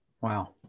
Wow